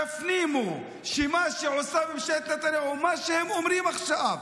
תפנימו שמה שעושה ממשלת נתניהו ומה שהם אומרים עכשיו,